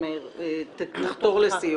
מאיר, תחתור לסיום.